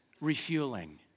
refueling